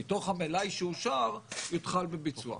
מתוך המלאי שאושר יותחל בביצוע,